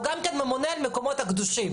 הוא גם ממונה על המקומות הקדושים.